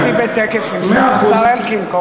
הייתי בטקס עם שר החוץ, השר אלקין.